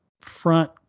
front